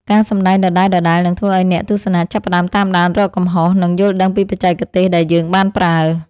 ការសម្តែងដដែលៗនឹងធ្វើឱ្យអ្នកទស្សនាចាប់ផ្តើមតាមដានរកកំហុស និង យល់ដឹងពីបច្ចេកទេសដែលយើងបានប្រើ។